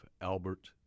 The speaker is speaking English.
Albert